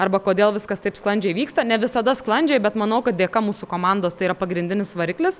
arba kodėl viskas taip sklandžiai vyksta ne visada sklandžiai bet manau kad dėka mūsų komandos tai yra pagrindinis variklis